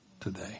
today